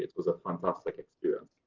was a fantastic experience!